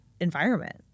environment